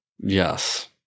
Yes